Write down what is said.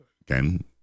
Again